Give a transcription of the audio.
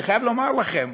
אני חייב לומר לכם,